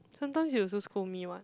sometimes you also scold me [what]